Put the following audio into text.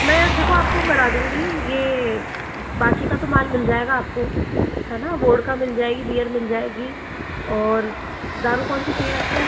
मैं देखो आपको करा दूँगी ये बाकि का तो माल मिल जाएगा आपको हैं न वोडका मिल जाएगी बियर मिल जाएगी और दारु कौन सी चाहिए आपको